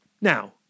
Now